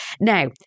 Now